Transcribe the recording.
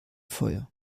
feuer